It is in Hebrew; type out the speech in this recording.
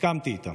הסכמתי איתם.